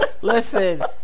Listen